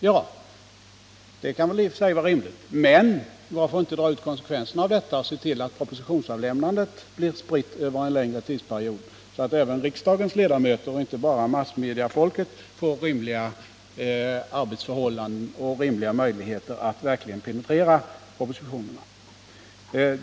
Ja, det kan väl i och för sig vara rimligt, men varför inte dra ut konsekvenserna av detta och se till att propositionsavlämnandet blir spritt över en längre tidsperiod, så att även riksdagens ledamöter — inte bara massmediafolket — får rimliga arbetsförhållanden och möjligheter att verkligen penetrera propositionerna?